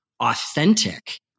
Authentic